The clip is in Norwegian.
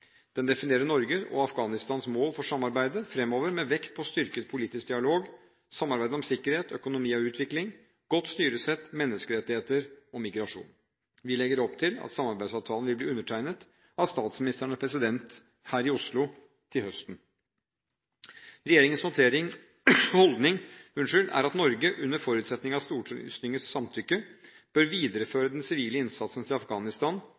Den definerer Norges og Afghanistans mål for samarbeidet fremover med vekt på styrket politisk dialog, samarbeid om sikkerhet, økonomi og utvikling, godt styresett, menneskerettigheter og migrasjon. Vi legger opp til at samarbeidsavtalen vil bli undertegnet av statsministeren og presidenten her i Oslo til høsten. Regjeringens holdning er at Norge, under forutsetning av Stortingets samtykke, bør videreføre den sivile innsatsen til Afghanistan